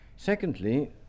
Secondly